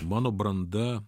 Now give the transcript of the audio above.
mano branda